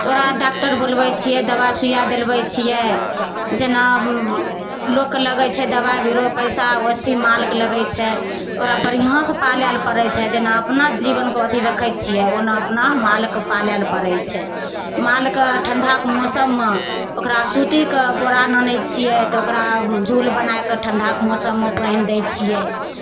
तऽ ओकरा डॉक्टर बोलबय छियै दबाइ सुइया दिलेबय छियै जेना लोक लगय छै दबाइ बीरो पैसा ओइसँ मालके लगय छै ओकरा बढ़िआँसँ पालए लए पड़य छै जेना अपना जीवनके अथी रखय छियै ओना अपना मालके पालए लए पड़य छै मालके ठण्डा मौसममे ओकरा सूतीके बोरा आनय छियै तऽ ओकरा जूट बना कऽ ठण्डाके मौसममे बान्हि दै छियै